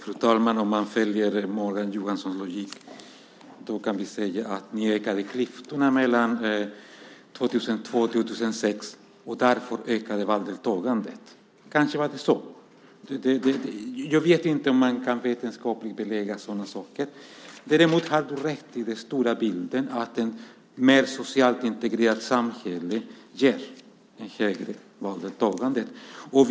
Fru talman! Om man följer Morgan Johanssons logik kan man säga att ni ökade klyftorna mellan 2002 och 2006, och därför minskade valdeltagandet. Kanske var det så. Jag vet inte om man vetenskapligt kan belägga sådana saker. Däremot har du rätt i den stora bilden: Ett mer socialt integrerat samhälle ger ett högre valdeltagande.